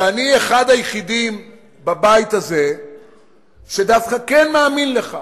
שאני אחד היחידים בבית הזה שדווקא כן מאמין לך,